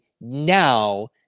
now